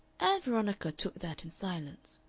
veronica took that in silence.